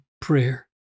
prayer